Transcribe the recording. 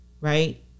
Right